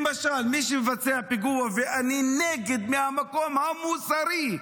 למשל, מי שמבצע פיגוע, ואני נגד, מהמקום המוסרי,